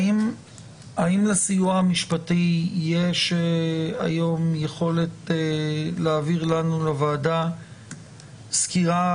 האם לסיוע המשפטי יש היום יכולת להעביר לנו לוועדה סקירה